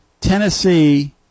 Tennessee